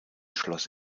schloss